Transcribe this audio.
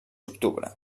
octubre